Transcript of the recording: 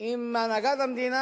עם הנהגת המדינה,